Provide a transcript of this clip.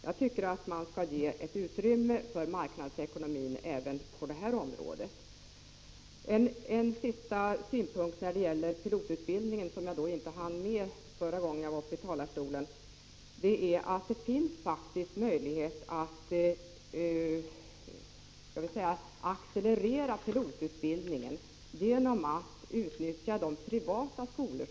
Jag tycker att man skall ge utrymme för marknadsekonomin även på detta område. Låt mig framföra en sista synpunkt på pilotutbildningen, som jag inte hann med i mitt senaste inlägg från talarstolen. Det finns faktiskt möjlighet att låt 17 mig säga accelerera pilotutbildningen genom att utnyttja privata skolor.